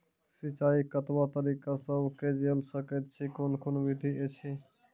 सिंचाई कतवा तरीका सअ के जेल सकैत छी, कून कून विधि ऐछि?